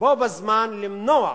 ובו בזמן למנוע